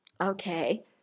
Okay